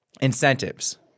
incentives